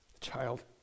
child